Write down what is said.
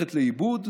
הולכת לאיבוד,